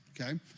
okay